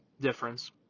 difference